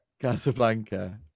casablanca